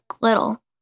little